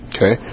Okay